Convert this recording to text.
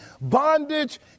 bondage